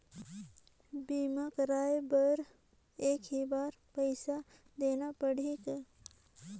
बीमा कराय बर एक ही बार पईसा देना पड़ही का?